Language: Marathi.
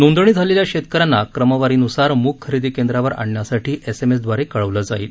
नोंदणी झालेल्या शेतक यांना क्रमवारीनुसार मुग खरेदी केंद्रावर आणण्यासाठी एसएमएसद्वारे कळवलं जाईल